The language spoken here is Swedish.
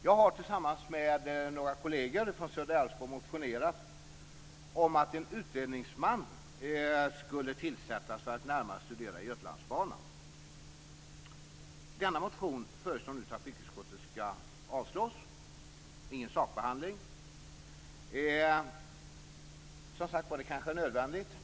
Jag har tillsammans med några kolleger från södra Älvsborg motionerat om att en utredningsman skall tillsättas för att närmare studera Götalandsbanan. Trafikutskottet föreslår nu att denna motion skall avslås. Den har inte varit föremål för någon sakbehandling. Som sagt var, det kanske är nödvändigt.